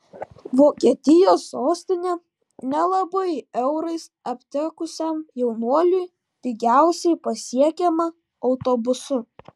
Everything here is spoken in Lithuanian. vokietijos sostinė nelabai eurais aptekusiam jaunuoliui pigiausiai pasiekiama autobusu